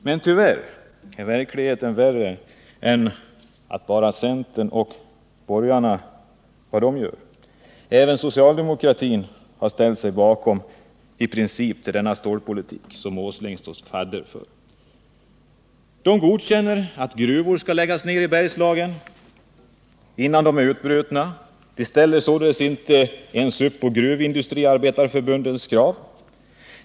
Men tyvärr är verkligheten värre än vad bara centern och borgarna gör. Även socialdemokraterna har i princip ställt sig bakom den stålpolitik som Nils Åsling har stått fadder för. De godkänner att gruvor läggs ned i Bergslagen innan de är utbrutna. Socialdemokraterna ställer således inte ens upp på Gruvindustriarbetareförbundets krav.